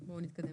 בואו נתקדם.